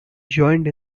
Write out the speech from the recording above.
joined